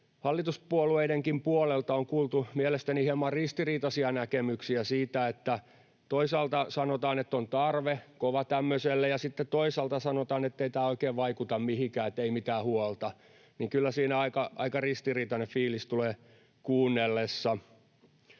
Hallituspuolueidenkin puolelta on kuultu mielestäni hieman ristiriitaisia näkemyksiä. Toisaalta sanotaan, että on kova tarve tämmöiselle, ja sitten toisaalta sanotaan, ettei tämä oikein vaikuta mihinkään, että ei mitään huolta. Kyllä siinä aika ristiriitainen fiilis tulee kuunnellessa.